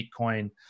Bitcoin